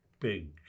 big